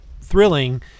thrilling